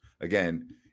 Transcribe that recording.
again